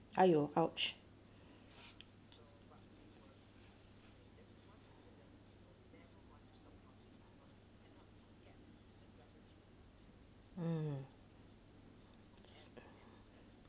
!aiyo! !ouch! mm